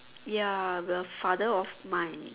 ya the father of mine